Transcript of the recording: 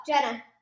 Jenna